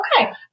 Okay